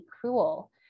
cruel